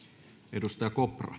arvoisa